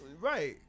Right